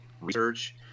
research